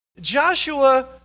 Joshua